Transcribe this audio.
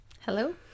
Hello